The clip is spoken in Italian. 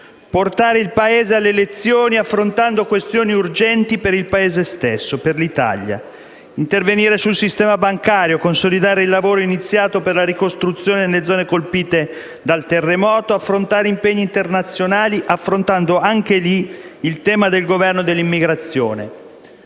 portare il Paese alle elezioni affrontando questione urgenti per il Paese stesso, per l'Italia, come intervenire sul sistema bancario, consolidare il lavoro iniziato per la ricostruzione delle zone colpite dal terremoto, affrontare impegni internazionali (compreso il tema del governo dell'immigrazione).